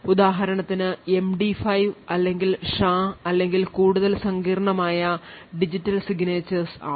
ഉദാഹരണത്തിന് MD5 അല്ലെങ്കിൽ SHA അല്ലെങ്കിൽ കൂടുതൽ സങ്കീർണ്ണമായ ഡിജിറ്റൽ signatures ആകാം